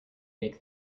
make